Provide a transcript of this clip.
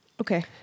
Okay